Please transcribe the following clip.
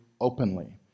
openly